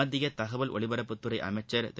மத்திய தகவல் ஒலிபரப்புத்துறை அமைச்சர் திரு